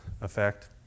effect